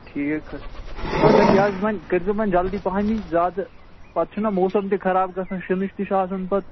ٹھیٖک حظ مَگر یہِ حظ وۄنۍ کٔرۍزیو وۄنۍ جلدی پَہم زیادٕ پَتہٕ چھُنہ موسَم تہِ خراب گژھان شیٖنٕچ تہِ چھُ آسان پَتہٕ